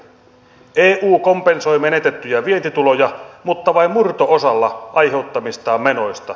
eu kompensoi menetettyjä vientituloja mutta vain murto osalla aiheuttamistaan menoista